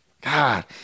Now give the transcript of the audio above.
God